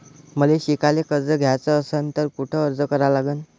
मले शिकायले कर्ज घ्याच असन तर कुठ अर्ज करा लागन?